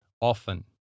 often